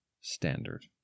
standard